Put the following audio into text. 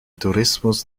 tourismus